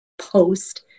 post